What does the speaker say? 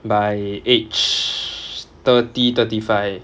by age thirty thirty five